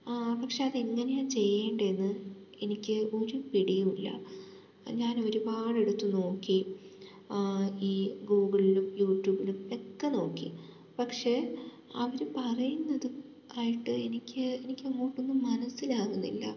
ആ പക്ഷേ അതെങ്ങനെയാണ് ചെയ്യേണ്ടതെന്ന് എനിക്ക് ഒരു പിടിയുമില്ല ഞാനൊരുപാട് എടുത്തു നോക്കി ആ ഈ ഗൂഗിളിൽ യൂട്യൂബിൽ ഒക്കെ നോക്കി പക്ഷേ അവർ പറയുന്നത് ആയിട്ട് എനിക്ക് എനിക്കങ്ങോട്ടൊന്നും മനസ്സിലാകുന്നില്ല